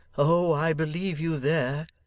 oh! i believe you there